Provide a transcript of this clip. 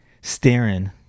staring